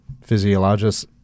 physiologist